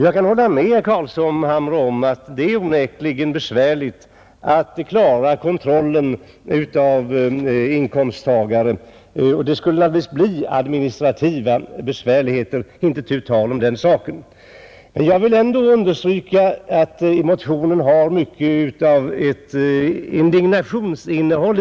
Jag kan hålla med herr Carlshamre om att det onekligen är besvärligt att klara kontrollen och det skulle naturligtvis uppkomma administrativa svårigheter — inte tu tal om den saken. Jag vill ändå understryka att motionen har mycket av ett indignationsinnehåll.